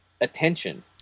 attention